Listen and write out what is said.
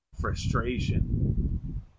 frustration